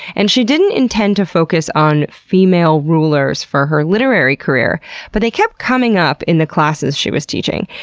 and she didn't intend to focus on female rulers for her literary career but they kept coming up in the classes she was teaching.